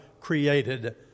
created